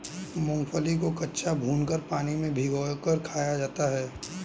मूंगफली को कच्चा, भूनकर, पानी में भिगोकर खाया जाता है